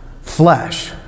flesh